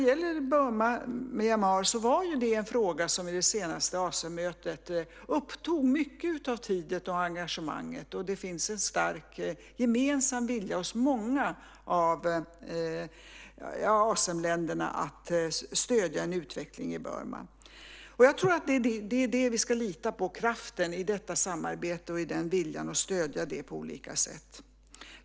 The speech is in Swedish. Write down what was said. Burma/Myanmar var en fråga som vid det senaste Asemmötet upptog mycket av tiden och engagemanget. Det finns en stark gemensam vilja hos många av Asemländerna att stödja en utveckling i Burma. Vi ska lita på och stödja kraften och viljan i samarbetet.